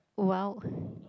!wow!